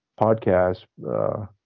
podcast